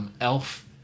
elf